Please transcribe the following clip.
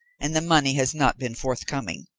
and the money has not been forthcoming,